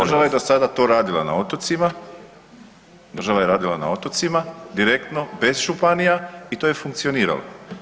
Država je do sada to radila na otocima, država je radila na otocima direktno bez županija i to je funkcioniralo.